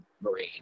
Marine